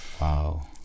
Wow